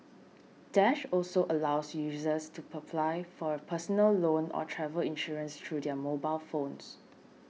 dash also allows users to apply for a personal loan or travel insurance through their mobile phones